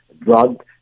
drug